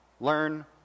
Learn